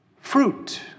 fruit